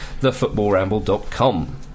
thefootballramble.com